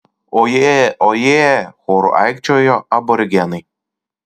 oje oje choru aikčiojo aborigenai